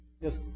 Yes